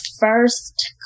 first